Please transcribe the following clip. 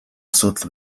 асуудал